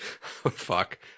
fuck